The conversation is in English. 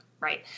right